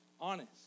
honest